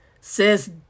says